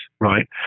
right